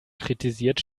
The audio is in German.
kritisiert